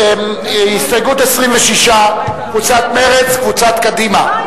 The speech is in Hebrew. הסתייגות 26, של קבוצת מרצ וקבוצת קדימה.